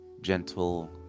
gentle